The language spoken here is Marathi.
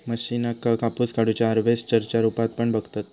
मशीनका कापूस काढुच्या हार्वेस्टर च्या रुपात पण बघतत